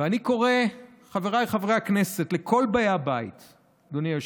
אני קורא, חבריי חברי הכנסת, אדוני היושב-ראש,